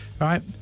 Right